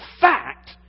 fact